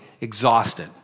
exhausted